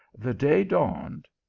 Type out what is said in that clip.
the day dawned,